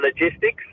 logistics